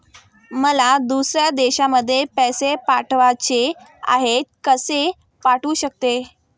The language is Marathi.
मला दुसऱ्या देशामध्ये पैसे पाठवायचे आहेत कसे पाठवू शकते?